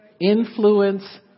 influence